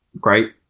Great